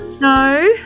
No